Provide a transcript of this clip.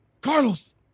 Carlos